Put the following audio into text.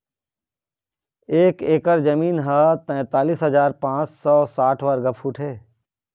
एक एकर जमीन ह तैंतालिस हजार पांच सौ साठ वर्ग फुट हे